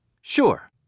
Sure